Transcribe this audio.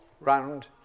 round